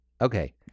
Okay